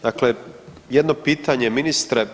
Dakle, jedno pitanje ministre.